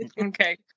Okay